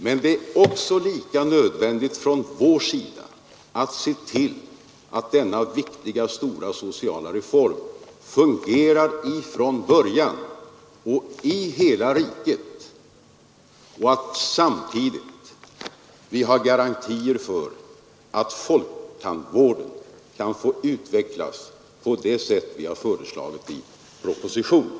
Men det är lika nödvändigt för oss att se till, att denna viktiga sociala reform fungerar ifrån början i hela riket och att vi samtidigt har garantier för att folktandvården kan få utvecklas på det sätt vi har föreslagit i propositionen.